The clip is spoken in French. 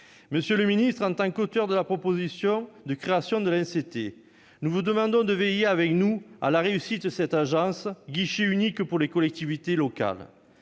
Monsieur le ministre, en tant qu'auteurs de la proposition de loi portant création de l'ANCT, nous vous demandons de veiller avec nous à la réussite de cette agence, guichet unique pour les collectivités locales.